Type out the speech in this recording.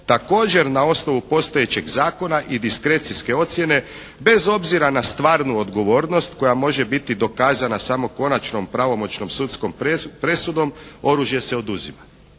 također na osnovu postojećeg zakona i diskrecijske ocijene bez obzira na stvarnu odgovornost koja može biti dokazana samo konačnom pravomoćnom sudskom presudom, oružje se oduzima.